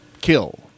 kill